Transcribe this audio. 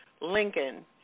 Lincoln